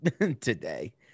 today